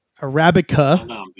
Arabica